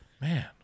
man